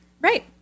Right